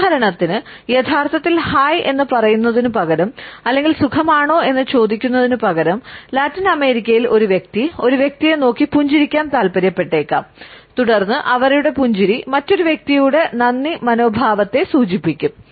ഉദാഹരണത്തിന് യഥാർത്ഥത്തിൽ ഹായ് എന്ന് പറയുന്നതിനുപകരം അല്ലെങ്കിൽ സുഖമാണോ എന്ന് ചോദിക്കുന്നതിനു പകരം ലാറ്റിനമേരിക്കയിലെ ഒരു വ്യക്തി ഒരു വ്യക്തിയെ നോക്കി പുഞ്ചിരിക്കാൻ താൽപ്പര്യപ്പെട്ടേക്കാം തുടർന്ന് അവരുടെ പുഞ്ചിരി മറ്റൊരു വ്യക്തിയുടെ നന്ദി മനോഭാവത്തെ സൂചിപ്പിക്കും